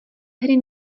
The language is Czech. hry